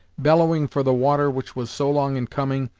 bellowing for the water which was so long in coming,